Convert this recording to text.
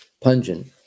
pungent